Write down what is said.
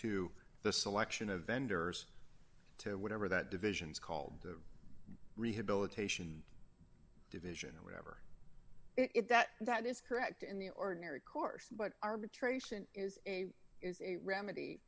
to the selection of vendors to whatever that division is called the rehabilitation division or whatever it is that that is correct in the ordinary course but arbitration is a is a remedy